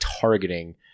targeting